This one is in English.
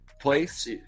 place